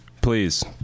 Please